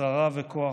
שררה וכוח.